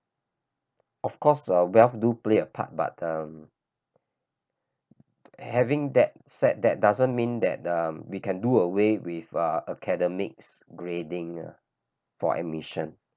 of course ah wealth do play a part but um having that said that doesn't mean that um we can do away with uh academics grading for admission